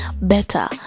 better